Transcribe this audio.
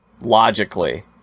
logically